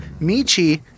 Michi